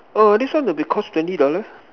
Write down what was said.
oh this one will be cost twenty dollar